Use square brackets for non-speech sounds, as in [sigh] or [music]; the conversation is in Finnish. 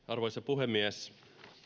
[unintelligible] arvoisa puhemies